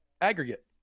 aggregate